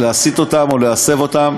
להסיט אותם או להסב אותם